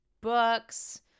books